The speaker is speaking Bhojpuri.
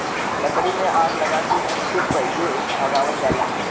लकड़ी में आग लगा के इनके पहिले भगावल जाला